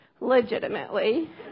legitimately